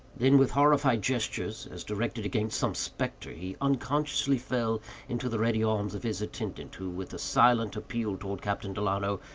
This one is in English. then, with horrified gestures, as directed against some spectre, he unconsciously fell into the ready arms of his attendant, who, with a silent appeal toward captain delano,